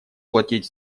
платить